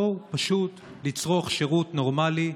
באו פשוט לצרוך שירות נורמלי,